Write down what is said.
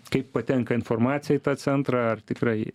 kaip patenka informacija į tą centrą ar tikrai